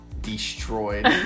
destroyed